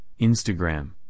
Instagram